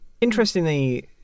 interestingly